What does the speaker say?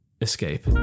Escape